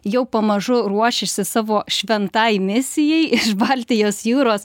jau pamažu ruošiasi savo šventai misijai iš baltijos jūros